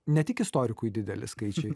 ne tik istorikui dideli skaičiai